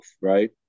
right